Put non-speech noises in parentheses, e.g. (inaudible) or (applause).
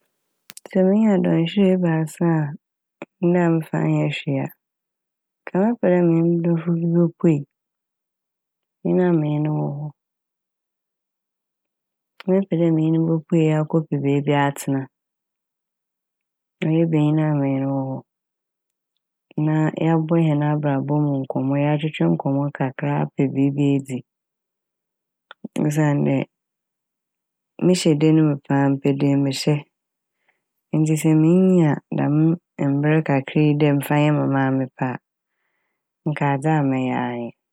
(noise) sɛ minya dɔnhwer ebiasa a na memmfa nnyɛ hwee a nka mɛpɛ dɛ menye mo dɔfo bi bopuei banyin a menye no wɔ hɔ mɛpɛ dɛ menye no bopuei akɔpɛ beebi atsena ɔyɛ banyin a menye no wɔ hɔ na a yɛabɔ hɛn abrabɔ mu nkɔmmɔ, yɛatwetwe nkɔmmɔ kakra a na yɛapɛ biibi edzi. Osiandɛ mehyɛ dan mu paa mepɛ dee mu hyɛ ntsi sɛ miinya dɛm mber kakra yi dɛ memfa nyɛ ma maa mepɛ a nka adze a mɛyɛ anye n'.